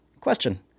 Question